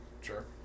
sure